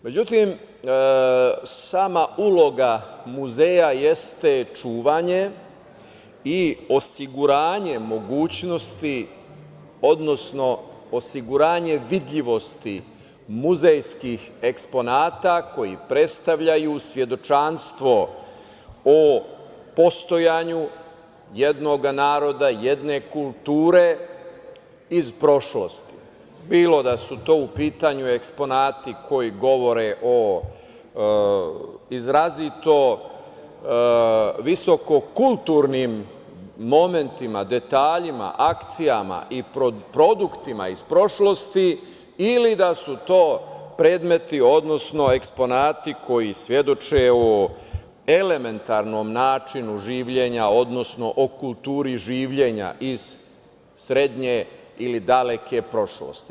Međutim, sama uloga muzeja jeste čuvanje i osiguranje mogućnosti, odnosno osiguranje vidljivosti muzejskih eksponata koji predstavljaju svedočanstvo o postojanju jednog naroda, jedne kulture iz prošlosti, bilo da su to u pitanju eksponate koji govore o izrazito visoko kulturnim momentima, detaljima, akcijama i produktima iz prošlosti ili da su to predmeti, odnosno eksponati koji svedoče o elementarnom načinu življenja, odnosno o kulturi življenja iz srednje ili daleke prošlosti.